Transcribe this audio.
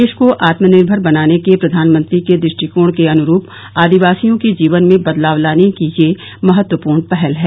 देश को आत्मनिर्भर बनाने के प्रधानमंत्री के दृष्टिकोण के अनुरूप आदिवासियो के जीवन में बदलाव लाने की ये महत्वपूर्ण पहल है